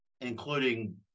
including